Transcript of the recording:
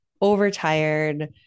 overtired